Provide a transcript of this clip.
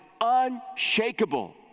unshakable